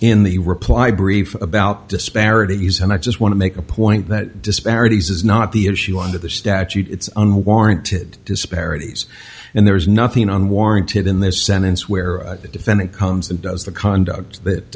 in the reply brief about disparities and i just want to make a point that disparities is not the issue under the statute it's unwarranted disparities and there is nothing on warranted in this sentence where the defendant comes and does the conduct that